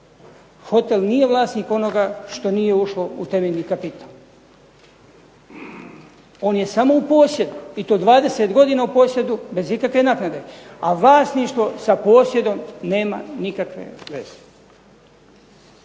Hotel nije vlasnik onoga što nije ušlo u temeljni kapital. On je samo u posjedu, i to 20 godina u posjedu bez ikakve naknade, a vlasništvo sa posjedom nema nikakve